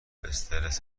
استرس